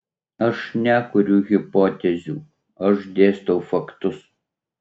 aš nekuriu hipotezių aš dėstau faktus